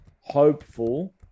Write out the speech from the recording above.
hopeful